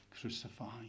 crucified